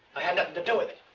i had nothing to do with it.